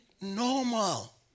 Normal